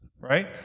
right